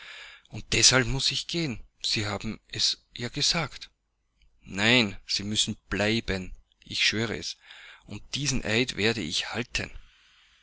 und deshalb muß ich gehen sie selbst haben es ja gesagt nein sie müssen bleiben ich schwöre es und diesen eid werde ich halten